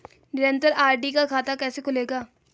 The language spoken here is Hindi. निरन्तर आर.डी का खाता कैसे खुलेगा?